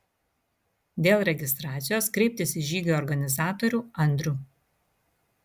dėl registracijos kreiptis į žygio organizatorių andrių